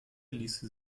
ließe